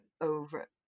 over